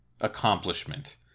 accomplishment